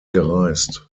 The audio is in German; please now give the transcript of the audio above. gereist